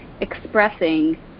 expressing